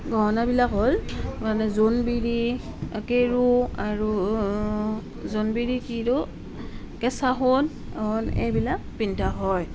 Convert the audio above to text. গহনাবিলাক হ'ল মানে জোনবিৰি কেৰু আৰু জোন্বিৰি কিৰু কেঁচা সোণ এইবিলাক পিন্ধা হয়